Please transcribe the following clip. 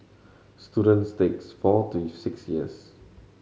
students takes four to six years